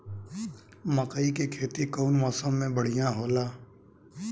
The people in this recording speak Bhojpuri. मकई के खेती कउन मौसम में बढ़िया होला?